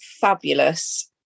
fabulous